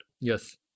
Yes